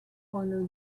corner